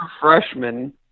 freshman